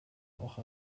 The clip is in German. auch